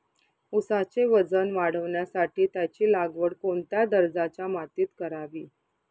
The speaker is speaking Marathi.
ऊसाचे वजन वाढवण्यासाठी त्याची लागवड कोणत्या दर्जाच्या मातीत करावी?